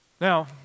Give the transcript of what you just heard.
Now